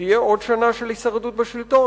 תהיה עוד שנה של הישרדות בשלטון?